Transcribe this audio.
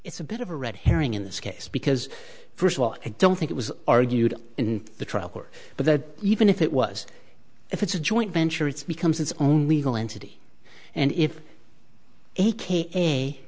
it's a bit of a red herring in this case because first of all i don't think it was argued in the trial court but that even if it was if it's a joint venture it's becomes its own legal entity and if a